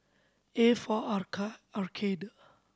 A for Arcade